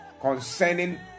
concerning